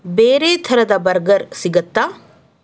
ಬೇರೆ ಥರದ ಬರ್ಗರ್ ಸಿಗತ್ತಾ